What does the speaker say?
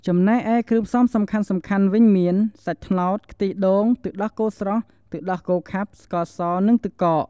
ចំណែកឯគ្រឿងផ្សំសំខាន់ៗវិញមាន សាច់ត្នោត ខ្ទិះដូង ទឹកដោះគោស្រស់ ទឹកដោះគោខាប់ ស្ករស និងទឹកកក។